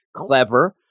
clever